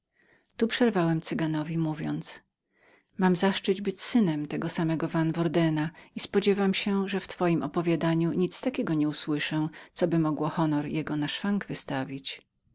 tu przerwałem cyganowi mówiąc mam zaszczyt być synem tego samego van wordena i spodziewam się że w twojem opowiadaniu nic takiego nie usłyszę coby mogło honor jego na szwank wystawić